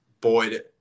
Boyd